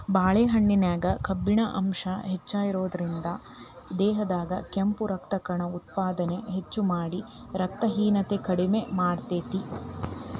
ಬಾಳೆಹಣ್ಣಿನ್ಯಾಗ ಕಬ್ಬಿಣ ಅಂಶ ಹೆಚ್ಚಿರೋದ್ರಿಂದ, ದೇಹದಾಗ ಕೆಂಪು ರಕ್ತಕಣ ಉತ್ಪಾದನೆ ಹೆಚ್ಚಮಾಡಿ, ರಕ್ತಹೇನತೆ ಕಡಿಮಿ ಮಾಡ್ತೆತಿ